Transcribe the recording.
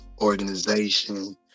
organization